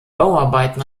bauarbeiten